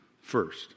first